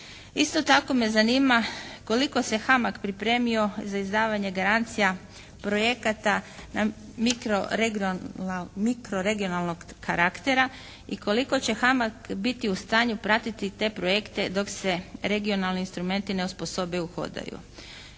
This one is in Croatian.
Isto tako me zanima koliko se HAMAG pripremio za izdavanje garancija projekata na mikroregionalnog karaktera i koliko će HAMAG biti u stanju pratiti te projekte dok se regionalni instrumenti ne osposobe i uhodaju.